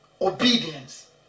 obedience